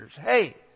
hey